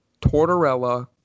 Tortorella